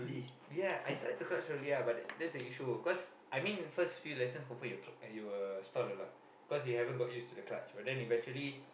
yeah I tried to clutch slowly ah but that's the issue cause I mean first few lesson confirm you will stall a lot because you haven't get use to the clutch but then eventually